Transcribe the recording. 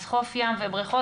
אז חוף ים ובריכות.